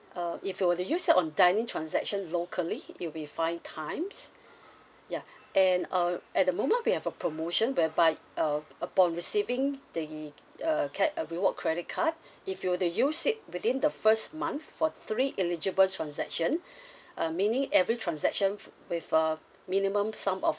uh if you were to use it on dining transaction locally it will be five times ya and um at the moment we have a promotion whereby uh upon receiving the uh card uh reward credit card if you were to use it within the first month for three eligible transaction uh meaning every transaction for with uh minimum sum of